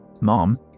Mom